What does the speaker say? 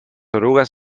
orugas